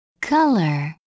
Color